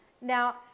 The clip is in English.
Now